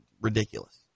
Ridiculous